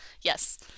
Yes